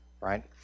right